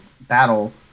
battle